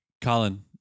Colin